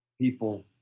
people